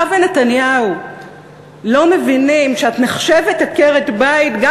אתה ונתניהו לא מבינים שאת נחשבת עקרת-בית גם